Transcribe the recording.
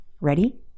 Ready